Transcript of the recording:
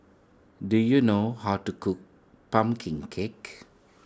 do you know how to cook Pumpkin Cake